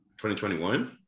2021